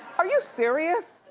are you serious?